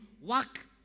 work